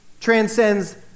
transcends